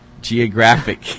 Geographic